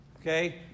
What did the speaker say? Okay